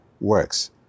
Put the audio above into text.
works